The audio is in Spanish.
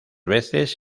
veces